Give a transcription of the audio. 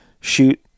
shoot